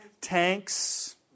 tanks